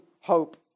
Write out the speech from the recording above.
hope